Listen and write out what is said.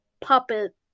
puppet